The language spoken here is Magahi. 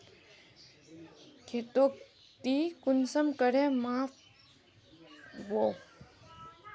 खेतोक ती कुंसम करे माप बो?